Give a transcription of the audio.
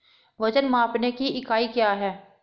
वजन मापने की इकाई क्या है?